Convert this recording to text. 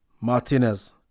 Martinez